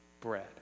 bread